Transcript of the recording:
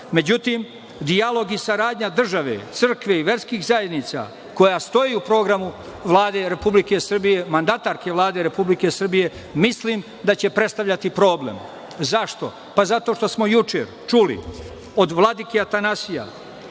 dijalog i saradnja države, crkve i verskih zajednica koja stoji u programu Vlade Republike Srbije, mandatarke Vlade Republike Srbije mislim da će predstavljati problem. Zašto? Zato što smo juče čuli od vladike Atanasija